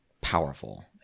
powerful